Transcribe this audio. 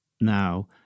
now